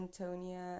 Antonia